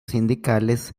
sindicales